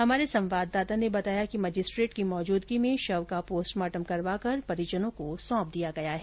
हमारे संवाददाता ने बताया कि मजिस्ट्रेट की मौजूदगी में शव का पोस्टमार्टम करवाकर परिजनों को सौंप दिया गया है